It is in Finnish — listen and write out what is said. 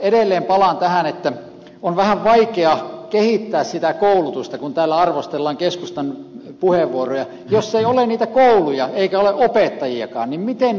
edelleen palaan tähän että on vähän vaikea kehittää sitä koulutusta kun täällä arvostellaan keskustan puheenvuoroja jos ei ole niitä kouluja eikä ole opettajiakaan niin miten niitä kehität sitten